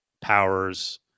Powers